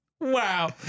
Wow